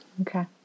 okay